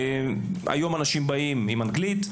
היום אנשים באים עם אנגלית,